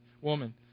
Woman